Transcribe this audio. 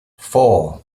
four